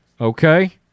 Okay